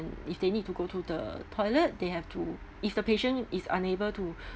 if they need to go to the toilet they have to if the patient is unable to